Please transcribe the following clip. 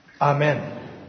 Amen